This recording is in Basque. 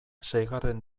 seigarren